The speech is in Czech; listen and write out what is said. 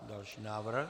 Další návrh.